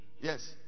yes